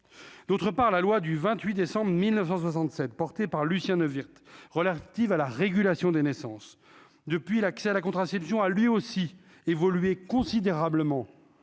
d'autre part, la loi du 28 décembre 1967 porté par Lucien Neuwirth relative à la régulation des naissances depuis l'accès à la contraception, a lui aussi évolué considérablement